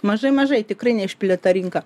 mažai mažai tikrai neišplėta rinka